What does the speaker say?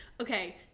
Okay